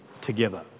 together